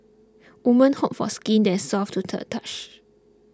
woman hope for skin that is soft to the touch